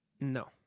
No